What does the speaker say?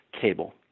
cable